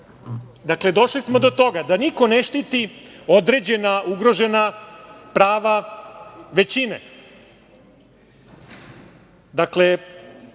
sve. Dakle, došli smo do toga da niko ne štiti određena ugrožena prava većine.